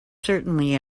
certainly